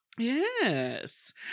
Yes